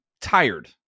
tired